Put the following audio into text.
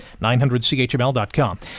900CHML.com